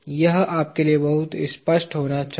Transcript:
यह आपके लिए बहुत स्पष्ट होना चाहिए